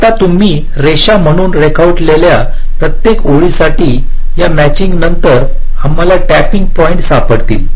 आता तुम्ही रेष म्हणून रेखाटलेल्या प्रत्येक ओळीसाठी यामॅचिंग नंतर आम्हाला टॅपिंग पॉईंट सापडतील